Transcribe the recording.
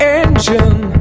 engine